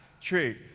true